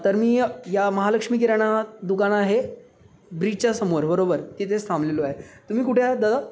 तर मी या महालक्ष्मी किराणा दुकान आहे ब्रिजच्या समोर बरोबर तिथेच थांबलेलो आहे तुम्ही कुठे आहात दादा